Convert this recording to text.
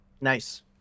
Nice